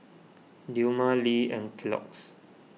Dilmah Lee and Kellogg's